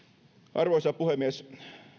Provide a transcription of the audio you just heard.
arvoisa puhemies